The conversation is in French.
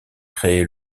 créé